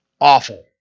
Awful